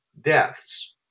deaths